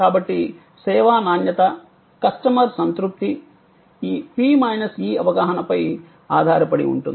కాబట్టి సేవా నాణ్యత కస్టమర్ సంతృప్తి ఈ P మైనస్ E అవగాహనపై ఆధారపడి ఉంటుంది